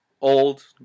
old